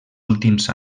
últims